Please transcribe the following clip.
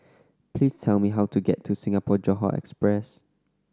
please tell me how to get to Singapore Johore Express